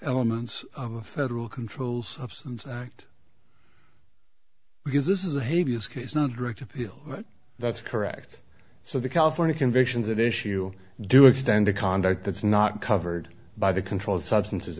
elements of a federal control substance act because this is a hey view this case not direct appeal that's correct so the california convictions that issue do extend to conduct that's not covered by the controlled substances